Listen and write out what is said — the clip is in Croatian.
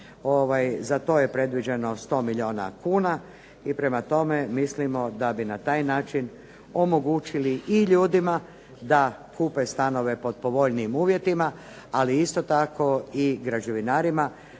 za to je predviđeno 100 milijuna kuna i prema tome mislimo da bi na taj način omogućili i ljudima da kupe stanove pod povoljnijim uvjetima, ali isto tako i građevinari